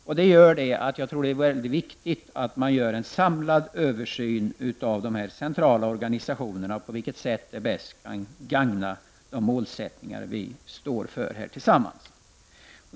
Av den anledningen tycker jag att det är mycket viktigt att det sker en samlad översyn av dessa centrala organisationer för att vi skall se på vilket sätt de målsättningar som vi står för bäst gagnas.